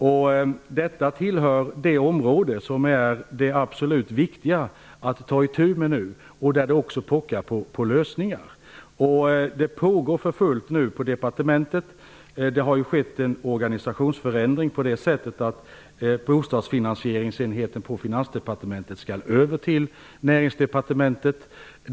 Detta område tillhör dem som det nu är absolut viktigast att ta itu med, och som också pockar på lösningar. Det har skett en organisatiosförändring på det sättet att bostadsfinansieringsenheten på Finansdepartementet skall över till Näringsdepartementet.